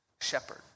shepherd